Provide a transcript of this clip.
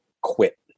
quit